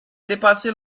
dépassé